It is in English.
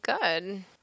good